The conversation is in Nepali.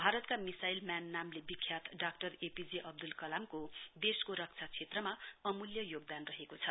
भारतका मिसाइल म्यान नामले विख्यात डाक्टर एपीजे अब्दुल कलामको देशको रक्षा क्षेत्रमा अमूल्य योगदान रहेको छ